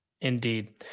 indeed